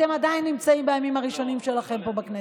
אתם עדיין נמצאים בימים הראשונים שלכם פה בכנסת,